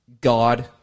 God